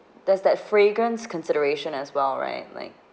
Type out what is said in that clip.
there's that fragrance consideration as well right like